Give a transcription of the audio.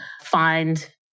find